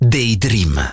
Daydream